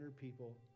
people